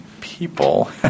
people